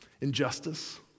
Injustice